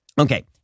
Okay